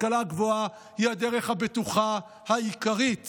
השכלה גבוהה היא הדרך הבטוחה העיקרית